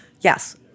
yes